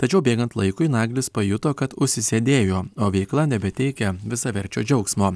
tačiau bėgant laikui naglis pajuto kad užsisėdėjo o veikla nebeteikia visaverčio džiaugsmo